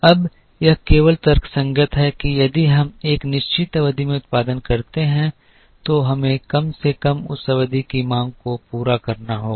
अब यह केवल तर्कसंगत है कि यदि हम एक निश्चित अवधि में उत्पादन करते हैं तो हमें कम से कम उस अवधि की मांग को पूरा करना होगा